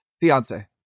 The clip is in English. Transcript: fiance